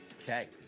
Okay